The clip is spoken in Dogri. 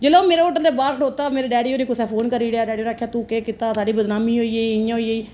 जिसले ओह मेरे होटल दे बाहर खड़ोता मेरे डैडी होरें गी कुसे ने फोन कीता डैडी होरें आखेआ तू केह् कीता साढ़ी बदनामी होई गेई इयां होई गेई